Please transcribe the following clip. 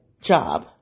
job